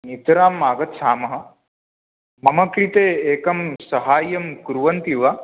नितराम् आगच्छामः मम कृते एकं साहाय्यं कुर्वन्ति वा